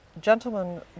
gentlemen